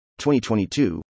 2022